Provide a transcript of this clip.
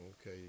Okay